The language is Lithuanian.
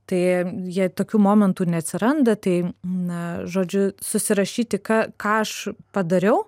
tai jei tokių momentų neatsiranda tai na žodžiu susirašyti ką ką aš padariau